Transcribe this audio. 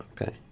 Okay